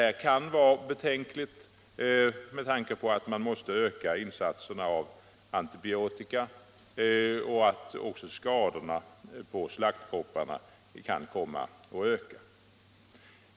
Detta kan vara betänkligt då man kanske måste öka insatserna av antibiotika och då skadorna på slaktkropparna kan komma att öka.